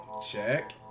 check